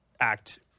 act